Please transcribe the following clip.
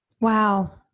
Wow